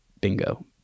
bingo